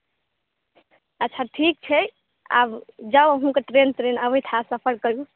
अच्छा ठीक छै आब जाउ अहुँके ट्रेन तरेन अबैत होयत सफर करु